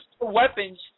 weapons